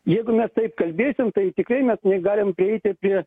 jeigu mes taip kalbėsim tai tikrai mes nealim prieiti prie